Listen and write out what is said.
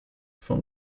from